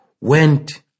went